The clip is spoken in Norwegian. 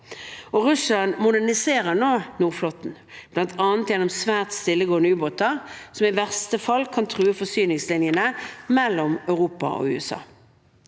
Russland moderniserer nå Nordflåten bl.a. gjennom svært stillegående ubåter, som i verste fall kan true forsyningslinjene mellom Europa og USA.